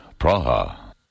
Praha